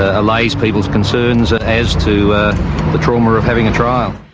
ah allays people's concerns as to the trauma of having a trial.